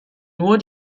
nur